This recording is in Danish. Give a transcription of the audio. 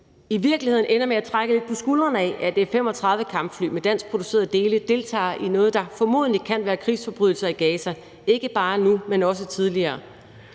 i virkeligheden ender med at trække lidt på skuldrene ad, at 35 kampfly med danskproducerede dele deltager i noget, der formodentlig kan være krigsforbrydelser i Gaza, ikke bare nu, men også tidligere,